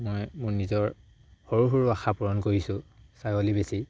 মই মোৰ নিজৰ সৰু সৰু আশা পূৰণ কৰিছোঁ ছাগলী বেছি